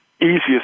easiest